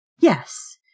yes